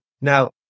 Now